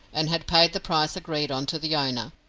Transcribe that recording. and had paid the price agreed on to the owner,